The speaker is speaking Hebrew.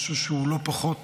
משהו שהוא לא פחות